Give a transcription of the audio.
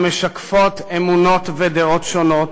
המשקפות אמונות ודעות שונות